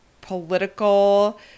political